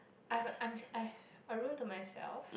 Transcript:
I'm I'd I've a room to myself